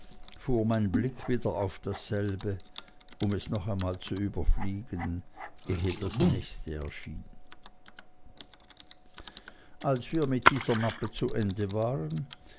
fuhr mein blick wieder auf dasselbe um es noch einmal zu überfliegen ehe das nächste erschien als wir mit dieser mappe zu ende waren